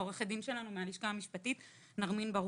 עורכת הדין שלנו מהלשכה המשפטית כאן.